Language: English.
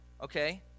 okay